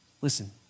Listen